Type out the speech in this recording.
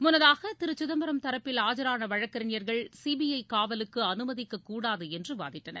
முன்னதாக திரு சிதம்பரம் தரப்பில் ஆஜான வழக்கறிஞர்கள் சிபிஐ காவலுக்கு அனுமதிக்ககூடாது என்ற வாதிட்டனர்